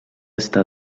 està